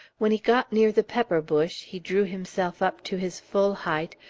when he got near the pepper-bush, he drew himself up to his full height,